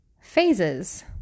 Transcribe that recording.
phases